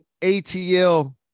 ATL